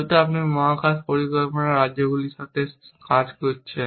যেহেতু আপনি মহাকাশ পরিকল্পনায় রাজ্যগুলির সাথে কাজ করছেন